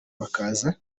bakaza